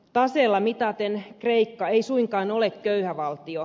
taseella mitaten kreikka ei suinkaan ole köyhä valtio